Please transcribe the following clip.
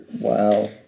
Wow